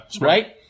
Right